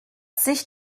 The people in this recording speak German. sich